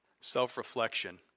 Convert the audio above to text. Self-reflection